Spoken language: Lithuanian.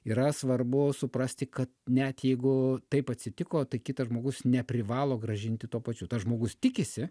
yra svarbu suprasti kad net jeigu taip atsitiko tai kitas žmogus neprivalo grąžinti tuo pačiu tas žmogus tikisi